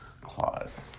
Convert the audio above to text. clause